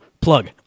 Plug